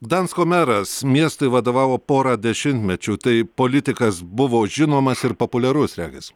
gdansko meras miestui vadovavo porą dešimtmečių tai politikas buvo žinomas ir populiarus regis